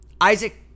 Isaac